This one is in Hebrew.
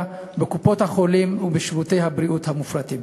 בקופות-החולים ובשירותי הבריאות המופרטים.